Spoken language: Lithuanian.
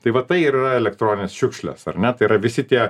tai va tai ir yra elektroninės šiukšlės ar ne tai yra visi tie